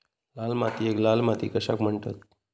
लाल मातीयेक लाल माती कशाक म्हणतत?